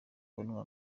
kubonwa